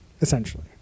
Essentially